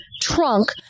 trunk